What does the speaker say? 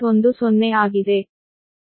10 ಆಗಿದೆ